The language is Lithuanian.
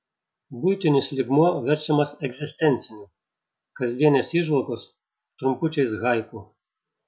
buitinis lygmuo verčiamas egzistenciniu kasdienės įžvalgos trumpučiais haiku